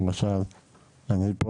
למשל אני פה,